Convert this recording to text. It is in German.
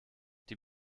die